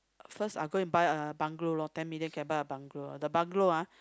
first are go and buy a bungalow lor ten million can buy a bungalow the bungalow ah